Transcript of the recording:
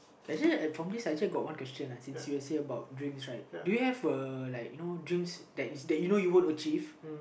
actually at section got one question uh sincerely about dreams right do you have uh you know dream that is that you know you would achieve